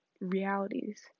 realities